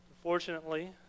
Unfortunately